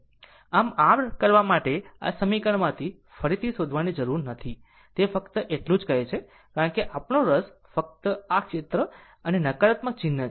આમ r કરવા માટે આ સમીકરણમાંથી ફરીથી શોધવાની જરૂર નથી તે ફક્ત એટલું જ કહે છે કારણ કે આપણો રસ ફક્ત આ ક્ષેત્ર અને નકારાત્મક ચિહ્ન છે